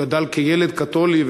הוא גדל כילד קתולי,